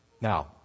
Now